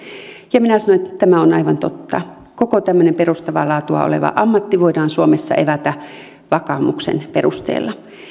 ja minä sanoin että tämä on aivan totta koko tämmöinen perustavaa laatua oleva ammatti voidaan suomessa evätä vakaumuksen perusteella